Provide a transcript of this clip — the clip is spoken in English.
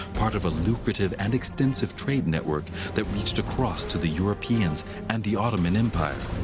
part of a lucrative and extensive trade network that reached across to the europeans and the ottoman empire.